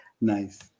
Nice